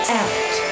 out